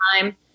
time